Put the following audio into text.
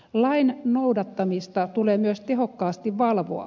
lain noudattamista tulee myös tehokkaasti valvoa